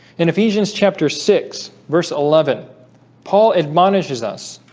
in ephesians chapter six verse eleven paul admonishes us